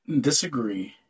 disagree